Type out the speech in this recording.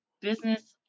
Business